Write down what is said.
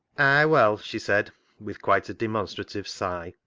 ay, well! she said with quite a demon strative sigh,